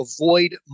avoid